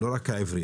לא רק העברית,